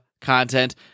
content